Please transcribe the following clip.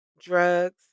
drugs